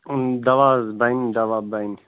دَوا حظ بَنہِ دَوا بَنہِ